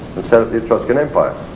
and started the etruscan empire.